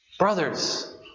Brothers